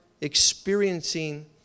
experiencing